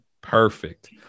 Perfect